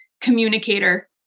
communicator